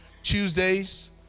Tuesdays